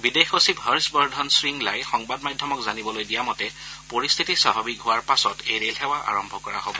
বিদেশ সচিব হৰ্ষ বৰ্ধন শংলাই সংবাদমাধ্যমক জানিবলৈ দিয়া মতে পৰিস্থিতি স্বাভাৱিক হোৱাৰ পাছত এই ৰেল সেৱা আৰম্ভ কৰা হব